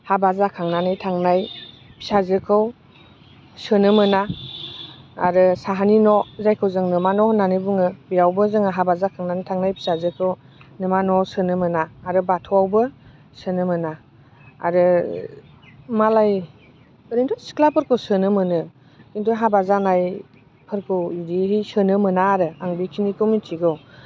हाबा जाखांनानै थांनाय फिसाजोखौ सोनो मोना आरो साहानि न' जायखौ जों न'मा न' होननानै बुङो बेयावबो जोङो हाबा जाखांनानै थांनाय फिसाजोखौ न'मा न'आव सोनो मोना आरो बाथौआवबो सोनो मोना आरो मालाय ओरैनोथ' सिख्लाफोरखौ सोनो मोनो खिन्थु हाबा जानायफोरखौ बिदि सोनो मोना आरो आं बेखिनिखौ मिथिगौ